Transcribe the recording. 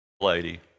lady